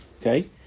Okay